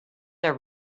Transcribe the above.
are